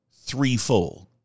threefold